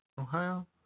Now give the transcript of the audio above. Ohio